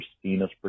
Christina's